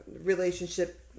relationship